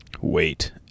Wait